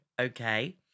okay